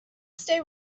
stay